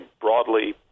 broadly